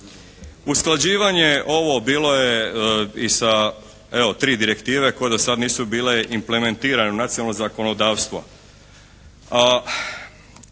usklađivanje ovo bilo je i sa evo tri direktive koje do sada nisu bile implementirane u nacionalno zakonodavstvo.